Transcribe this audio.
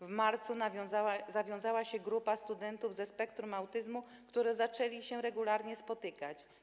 W marcu zawiązała się grupa studentów ze spektrum autyzmu, która zaczęła się regularnie spotykać.